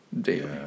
daily